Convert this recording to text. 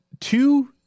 two